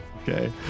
Okay